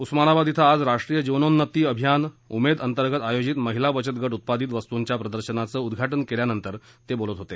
उस्मानाबाद इथं आज राष्ट्रीय जीवनोन्नती अभियान उमेद अंतर्गत आयोजित महिला बचत गट उत्पादित वस्तूंच्या प्रदर्शनाचं उद्वाटन केल्यानंतर ते बोलत होते